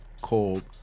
called